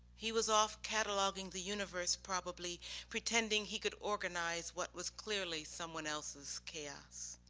he was off cataloguing the universe probably pretending he could organize what was clearly someone else's chaos.